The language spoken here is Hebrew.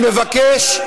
אני מבקש.